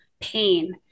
pain